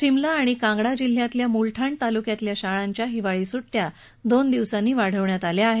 शिमला आणि कांगडा जिल्ह्यातल्या मूलठाण तालुक्यातल्या शाळांच्या हिवाळी सुड्टया दोन दिवसांनी वाढवण्यात आल्या आहेत